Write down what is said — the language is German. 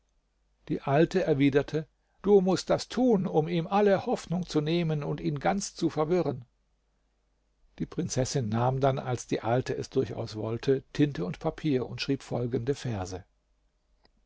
die alte erwiderte du mußt das tun um ihm alle hoffnung zu nehmen und ihn ganz zu verwirren die prinzessin nahm dann als die alte es durchaus wollte tinte und papier und schrieb folgende verse